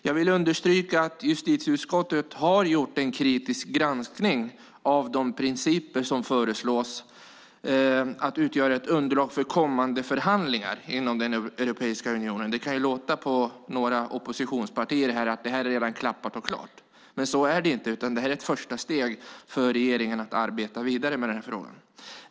Jag vill understryka att justitieutskottet har gjort en kritisk granskning av de principer som föreslås utgöra underlag för kommande förhandlingar inom den europeiska unionen. Det kan låta på några i oppositionspartierna att det här redan är klappat och klart. Så är det inte, utan det här är ett första steg för regeringen att arbeta vidare med frågan.